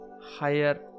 higher